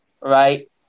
right